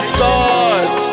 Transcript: Stars